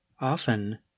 Often